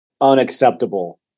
unacceptable